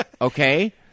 Okay